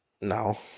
No